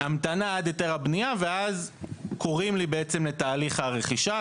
המתנה עד היתר הבנייה ואז קוראים לי לתהליך הרכישה,